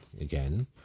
again